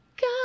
God